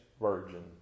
virgin